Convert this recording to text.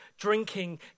Drinking